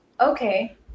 Okay